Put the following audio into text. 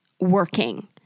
Working